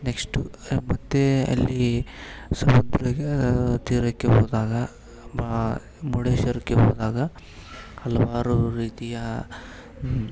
next ಮತ್ತು ಅಲ್ಲಿ ಸಮುದ್ರದ ತೀರಕ್ಕೆ ಹೋದಾಗ ಬಾ ಮುರುಡೇಶ್ವರಕ್ಕೆ ಹೋದಾಗ ಹಲವಾರು ರೀತಿಯ